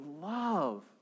love